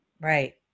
Right